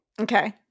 Okay